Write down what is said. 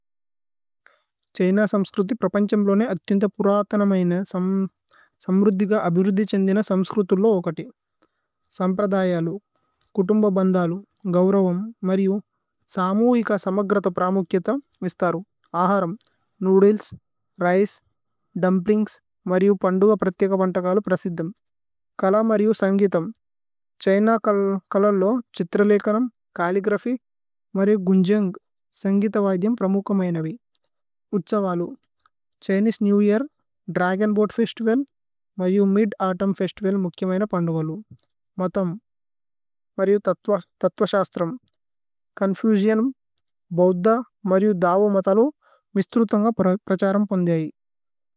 ഛ്ഹേന സമ്സ്ക്രുതി പ്രപന്ഛമ് ലോനേ അത്തിന്ദ। പുരാതന മൈനേ സമ്രുധിക അബിരുധിഛേന്ദി। ന സമ്സ്ക്രുതി ല്വോകതി സമ്പ്രദയലു കുതുമ്ബബ। ദലു ഗൌരവമ്, മരിയു, സമു ഇക്ക സമഗ്രത। പ്രമുഖിഏത മിശ്തരു അഹരമ് നുദേല്സ് രിചേ। ദുമ്പ്ലിന്ഗ്സ് മരിയു പന്ദു ഗ പ്രഥിക ബന്ഥകലു। പ്രസിദ്ധമ് കല മരിയു സന്ഘിഥമ് ഛ്ഹേന കലല്। ലോ ഛിത്രലേകനമ് കലിഗ്രഫി മരിയു ഗുന്ജന്ഗ്। സന്ഘിഥ വൈധ്യമ് പ്രമുഖമ് മൈനവി ഉത്ശവലു। Chinese new year dragon boat festival മരിയു। മിദ് ഔതുമ്ന് ഫേസ്തിവല് മുഖ്യ മൈന പന്ദു ഗാലു। മതമ്, മരിയു തത്ത്വ ശസ്ത്രമ് ചോന്ഫുസിഓന് ബോവ്ധ। മരിയു ധവ മതലോ മിശ്ഥ്രുതന്ഗ। പ്രഛരമ് പന്ദേയൈ।